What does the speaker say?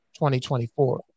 2024